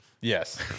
Yes